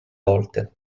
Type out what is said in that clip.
volte